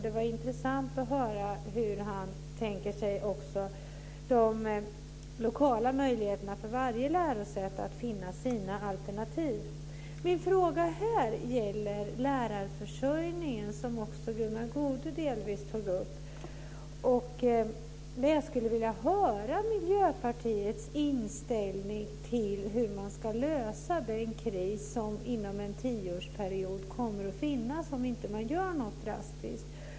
Det var intressant att höra hur han tänker sig de lokala möjligheterna för varje lärosäte att finna sina alternativ. Min fråga här gäller lärarförsörjningen, som också Gunnar Goude delvis tog upp. Jag skulle vilja höra Miljöpartiets förslag till hur man ska lösa den kris som kommer att uppstå inom en tioårsperiod om man inte gör något drastiskt.